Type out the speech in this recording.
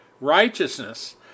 righteousness